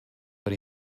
but